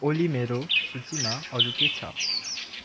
ओली मेरो सूचीमा अरू के छ